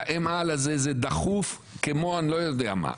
מתאם העל הזה דחוף כמו אני לא יודע מה.